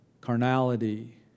carnality